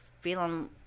feeling